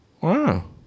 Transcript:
Wow